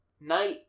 Night